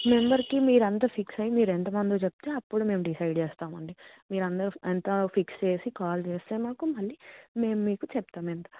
మెంబర్కి మీరు అంతా ఫిక్స్ అయ్యి మీరు ఎంత మందో చెప్తే అప్పుడు మేము డిసైడ్ చేస్తాం అండి మీరందరు అంతా ఫిక్స్ చేసి కాల్ చేస్తే మాకు మళ్ళీ మేము మీకు చెప్తాం ఎంత